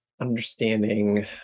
understanding